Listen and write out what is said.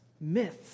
myths